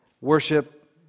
worship